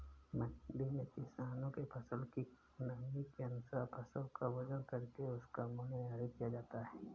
मंडी में किसानों के फसल की नमी के अनुसार फसल का वजन करके उसका मूल्य निर्धारित किया जाता है